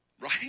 Right